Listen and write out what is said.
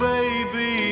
Baby